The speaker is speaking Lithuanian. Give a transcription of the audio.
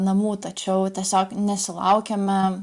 namų tačiau tiesiog nesulaukėme